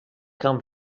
come